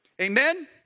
Amen